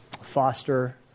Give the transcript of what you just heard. foster